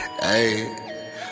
hey